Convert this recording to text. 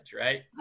right